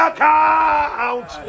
count